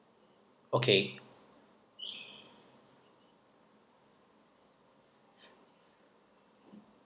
okay